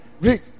Read